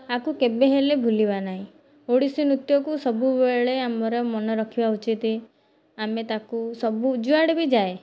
ଆକୁ କେବେ ହେଲେ ଭୁଲିବା ନାହିଁ ଓଡ଼ିଶୀ ନୃତ୍ୟକୁ ସବୁବେଳେ ଆମର ମନେ ରଖିବା ଉଚିତ ଆମେ ତାକୁ ସବୁ ଯୁଆଡ଼େ ବି ଯାଏ